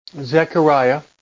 Zechariah